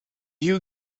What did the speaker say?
you